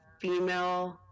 female